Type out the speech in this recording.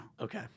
Okay